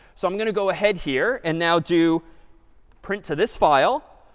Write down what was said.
so i'm going to go ahead here and now do print to this file,